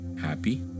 happy